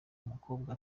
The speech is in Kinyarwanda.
umukobwa